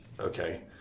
Okay